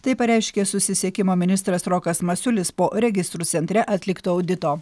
tai pareiškė susisiekimo ministras rokas masiulis po registrų centre atlikto audito